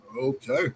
Okay